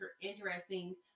interesting